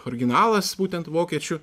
originalas būtent vokiečių